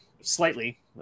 slightly